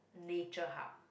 nature hub